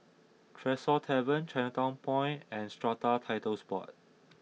Tresor Tavern Chinatown Point and Strata Titles Board